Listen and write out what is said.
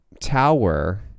Tower